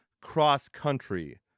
cross-country